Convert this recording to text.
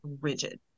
rigid